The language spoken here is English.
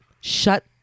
shut